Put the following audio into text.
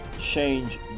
Change